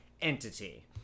entity